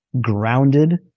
grounded